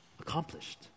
accomplished